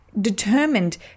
determined